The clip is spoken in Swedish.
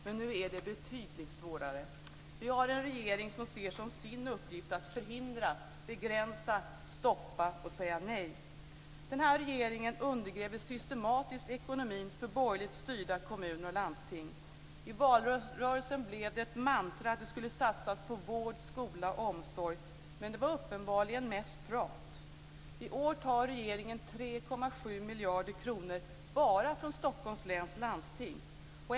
Men nu är det betydligt svårare. Vi har en regering som ser som sin uppgift att förhindra, begränsa, stoppa och säga nej. Den här regeringen undergräver systematiskt ekonomin för borgerligt styrda kommuner och landsting. I valrörelsen blev det ett mantra att satsa på vård, skola och omsorg. Men det var uppenbarligen mest prat. I år tar regeringen 3,7 miljarder kronor bara från Stockholms läns landsting.